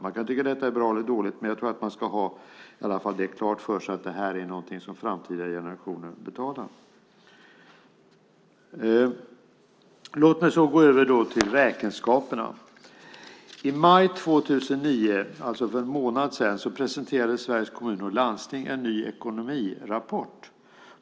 Man kan tycka att detta är bra eller dåligt, men jag tror att man i alla fall ska ha klart för sig att det här är någonting som framtida generationer betalar. Låt mig så gå över till räkenskaperna. I maj 2009, alltså för en månad sedan, presenterade Sveriges Kommuner och Landsting en ny ekonomirapport.